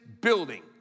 building